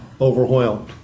overwhelmed